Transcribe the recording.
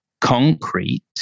concrete